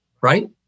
right